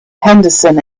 henderson